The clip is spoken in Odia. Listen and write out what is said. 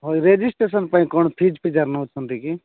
ହଁ ଏଇ ରେଜିଷ୍ଟ୍ରେସନ୍ ପାଇଁ କ'ଣ ଫିଜ୍ ଫିଜାର ନେଉଛନ୍ତି କି